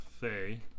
Faye